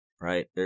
right